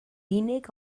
unig